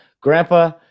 Grandpa